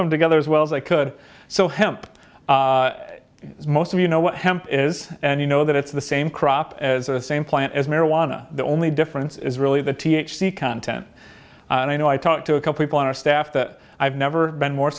them together as well as i could so hemp as most of you know what hemp is and you know that it's the same crop as the same plant as marijuana the only difference is really the t h c content and i know i talked to a couple people on our staff that i've never been more